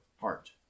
heart